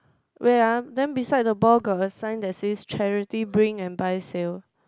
where ah then beside the ball got a sign that says charity bring and buy sale